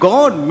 God